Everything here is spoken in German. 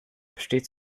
besteht